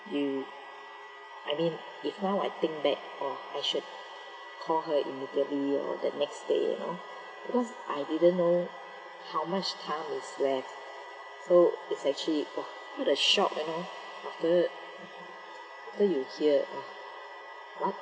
you I mean if now I think back oh I should call her immediately or the next day you know because I didn't know how much time is left so it's actually !wah! what a shock you know afterward after you hear !wah! what